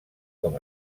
com